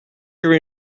your